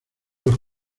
dos